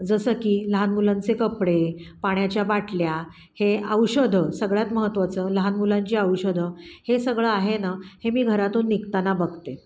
जसं की लहान मुलांचे कपडे पाण्याच्या बाटल्या हे औषधं सगळ्यात महत्वाचं लहान मुलांची औषधं हे सगळं आहे ना हे मी घरातून निघताना बघते